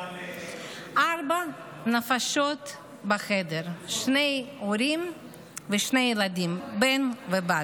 ארבע נפשות בחדר, שני הורים ושני ילדים, בן ובת.